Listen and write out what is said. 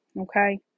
Okay